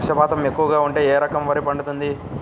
వర్షపాతం ఎక్కువగా ఉంటే ఏ రకం వరి పండుతుంది?